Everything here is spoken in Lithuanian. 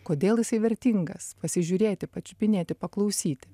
kodėl jisai vertingas pasižiūrėti pačiupinėti paklausyti